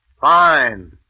Fine